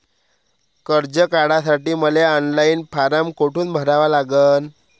कर्ज काढासाठी मले ऑनलाईन फारम कोठून भरावा लागन?